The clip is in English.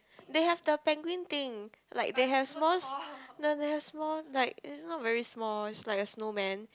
they have the penguin thing like they have small no they have small like it's not very small it's like a snowman